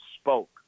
spoke